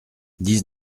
dix